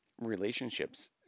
relationships